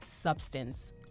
substance